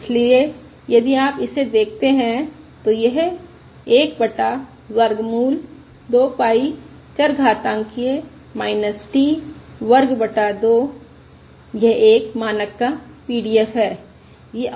इसलिए यदि आप इसे देखते हैं तो यह 1 बटा वर्गमूल 2 पाई चरघातांकिय़ t वर्ग बटा 2 यह एक मानक का PDF है